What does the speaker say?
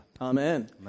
Amen